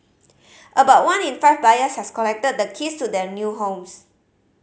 about one in five buyers has collected the keys to their new homes